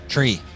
Tree